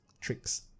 tricks